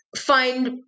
find